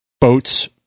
boats